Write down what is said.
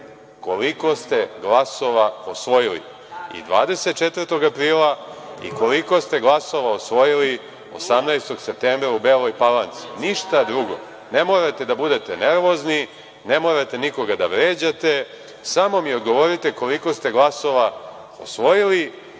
koliko ste glasova osvojili i 24. aprila i koliko ste glasova osvojili 18. septembra u Beloj Palanci, ništa drugo. Ne morate da budete nervozni, ne morate nikoga da vređate, samo mi odgovorite koliko glasova ste osvojili,